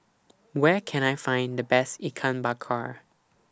Where Can I Find The Best Ikan Bakar